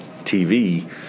TV